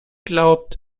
glaubt